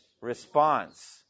response